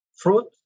fruit